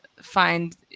find